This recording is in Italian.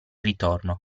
ritorno